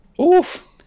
Oof